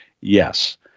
yes